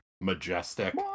majestic